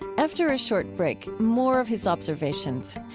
after a short break, more of his observations.